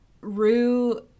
Rue